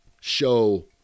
show